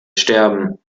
sterben